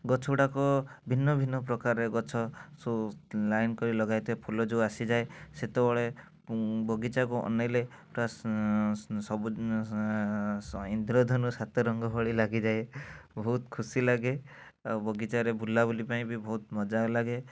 ଗଛଗୁଡ଼ାକ ଭିନ୍ନ ଭିନ୍ନ ପ୍ରକାରରେ ଗଛ ସବୁ ଲାଇନ୍ କରିକି ଲଗା ହେଇଥିବା ଫୁଲ ଯେଉଁ ଆସିଯାଏ ସେତେବେଳେ ବଗିଚାକୁ ଅନାଇଲେ ପୁରା ସବୁ ଇନ୍ଦ୍ରଧନୁ ସାତରଙ୍ଗ ଭଳି ଲାଗିଥାଏ ବହୁତ ଖୁସି ଲାଗେ ଆଉ ବଗିଚାରେ ବୁଲା ବୁଲି ପାଇଁ ବି ବହୁତ ମଜା ଲାଗେ